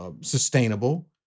sustainable